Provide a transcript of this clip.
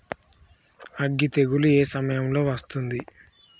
అగ్గి తెగులు ఏ సమయం లో వస్తుంది?